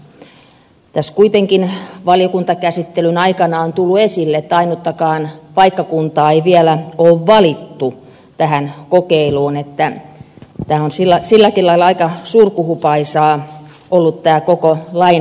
kuitenkin valiokuntakäsittelyn aikana on tullut esille että ainuttakaan paikkakuntaa ei vielä ole valittu tähän kokeiluun silläkin lailla aika surkuhupaisaa on ollut tämä koko lain käsittely